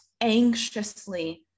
anxiously